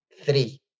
Three